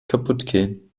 kaputtgehen